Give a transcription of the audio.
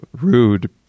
rude